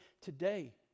today